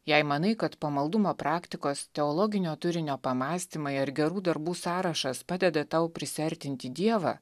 jei manai kad pamaldumo praktikos teologinio turinio pamąstymai ar gerų darbų sąrašas padeda tau prisiartinti dievą